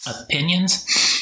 opinions